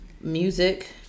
Music